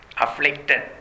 afflicted